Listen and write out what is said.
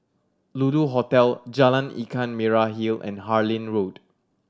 Lulu Hotel Jalan Ikan Merah Hill and Harlyn Road